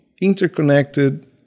interconnected